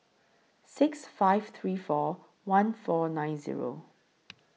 six five three four one four nine Zero